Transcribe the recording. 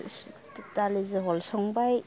दालि जहल संबाय